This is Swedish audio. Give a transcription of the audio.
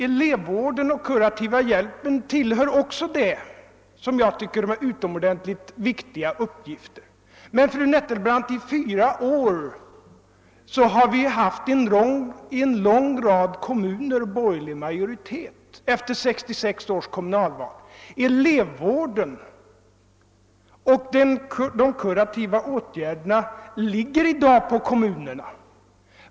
Elevvården och den kurativa hjälpen tillhör också det som jag tycker är utomordentligt viktiga uppgifter. Men, fru Nettelbrandt, i fyra år har en lång rad kommuner haft borgerlig majoritet efter 1966 års kommunalval. Elevvården och de kurativa åtgärderna ligger i dag på kommunerna.